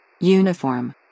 Uniform